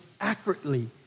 accurately